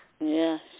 Yes